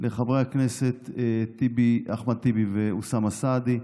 לחברי הכנסת אחמד טיבי ואוסאמה סעדי,